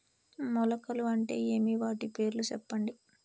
మొలకలు అంటే ఏమి? వాటి పేర్లు సెప్పండి?